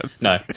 No